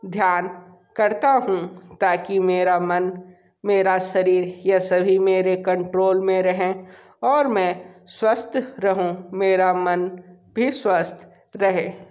ध्यान करता हूँ ताकि मेरा मन मेरा शरीर ये सभी मेरे कंट्रोल में रहें और मैं स्वस्थ रहूंँ मेरा मन भी स्वस्थ रहे